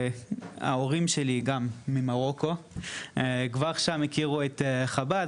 ההורים שלי גם ממרוקו, כבר שם הכירו את חב"ד.